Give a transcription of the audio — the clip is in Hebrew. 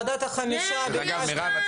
מוועדת החמישה יש נציגים פה.